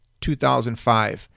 2005